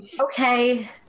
Okay